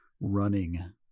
running